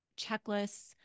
checklists